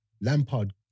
Lampard